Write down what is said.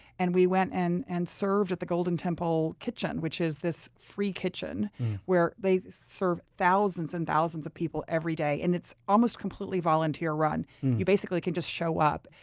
and we went and and served at the golden temple kitchen, which is this free kitchen where they serve thousands and thousands of people every day. and it's almost completely volunteer-run you basically can just show up.